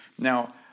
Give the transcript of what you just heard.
Now